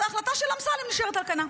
אז ההחלטה של אמסלם נשארת על כנה.